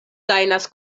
gajnas